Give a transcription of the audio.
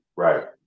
Right